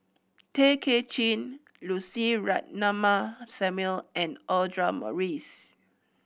Tay Kay Chin Lucy Ratnammah Samuel and Audra Morrice